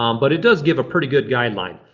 um but it does give a pretty good guideline.